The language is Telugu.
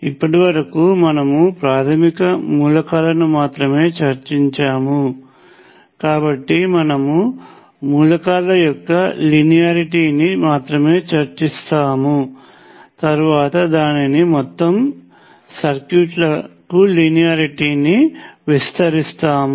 ఇప్పటివరకు మనము ప్రాథమిక మూలకాలను మాత్రమే చర్చించాము కాబట్టి మనము మూలకాల యొక్క లీనియారిటీని మాత్రమే చర్చిస్తాము తరువాత దానిని మొత్తం సర్క్యూట్లకు లీనియారిటీ ని విస్తరిస్తాము